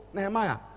Nehemiah